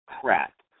crap